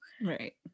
right